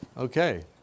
Okay